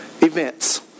events